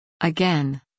Again